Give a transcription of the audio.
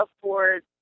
afford